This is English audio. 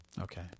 Okay